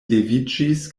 leviĝis